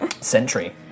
Sentry